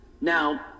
Now